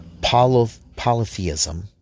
polytheism